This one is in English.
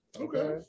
Okay